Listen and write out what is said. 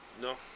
No